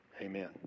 Amen